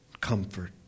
comfort